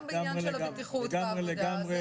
גם בעניין הבטיחות בעבודה.